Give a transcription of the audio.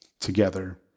together